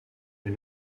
est